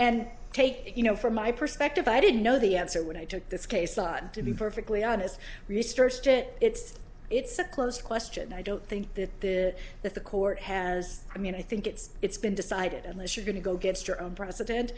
and take you know from my perspective i didn't know the answer when i took this case not to be perfectly honest researched it it's it's a close question i don't think that the that the court has i mean i think it's it's been decided unless you're going to go get your own president